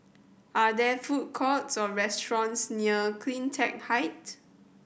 are there food courts or restaurants near Cleantech Height